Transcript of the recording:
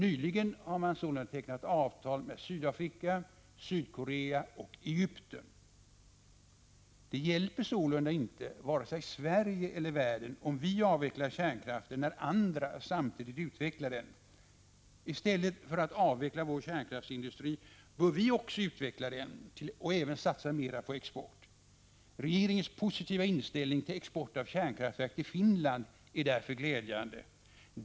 Nyligen har man tecknat avtal med Sydafrika, Sydkorea och Egypten. Det hjälper sålunda inte vare sig Sverige eller världen om vi avvecklar kärnkraften när andra samtidigt utvecklar den. I stället för att avveckla vår kärnkraftsindustri bör också vi utveckla den och även satsa mera på export. Regeringens positiva inställning till export av kärnkraftverk till Finland är därför glädjande.